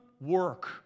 work